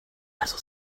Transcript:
also